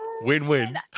Win-win